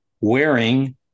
wearing